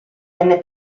venne